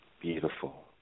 Beautiful